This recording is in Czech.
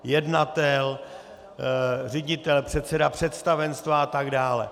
Jednatel, ředitel, předseda představenstva a tak dále.